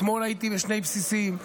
אתמול הייתי בשני בסיסים,